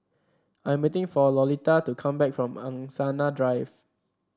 I am waiting for Lolita to come back from Angsana Drive